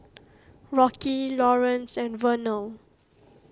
Rocky Laurance and Vernelle